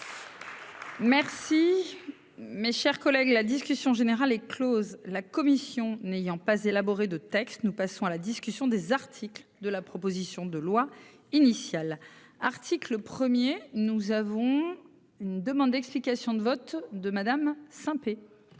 Merci. Mes chers collègues la dit. Question générale est Close, la commission n'ayant pas élaboré de texte. Nous passons à la discussion des articles de la proposition de loi initial article 1er, nous avons une demande d'explication de vote de madame